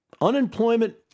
unemployment